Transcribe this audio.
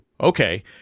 Okay